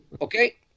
Okay